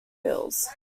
bills